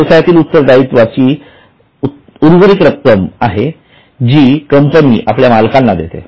ही व्यवसायातील उर्वरित रक्कम आहे किंवा जी कंपनी आपल्या मालकाला देते